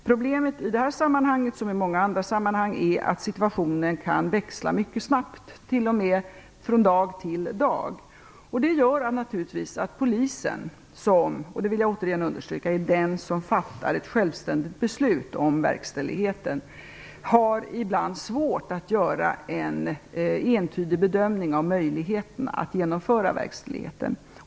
Problemet i det här sammanhanget som i många andra sammanhang är att situationen kan växla mycket snabbt, t.o.m. från dag till dag. Det gör naturligtvis att polisen, som - och det vill jag återigen understryka - är den som fattar ett självständigt beslut om verkställigheten, ibland har svårt att göra en entydig bedömning av möjligheterna att genomföra verkställigheten.